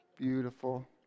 Beautiful